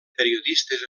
periodistes